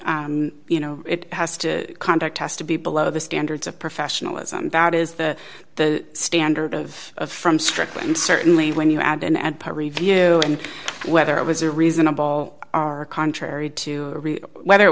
you know it has to conduct tests to be below the standards of professionalism that is the the standard of of from strickland certainly when you add and peer review and whether it was a reasonable are contrary to whether it